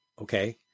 Okay